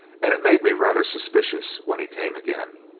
and it made me rather suspicious when he came again.